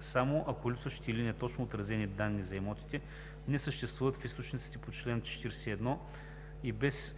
само ако липсващите или неточно отразени данни за имотите не съществуват в източниците по чл. 41 и без